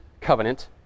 covenant